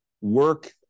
work